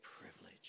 privilege